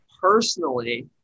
Personally